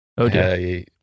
Okay